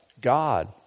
God